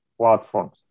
platforms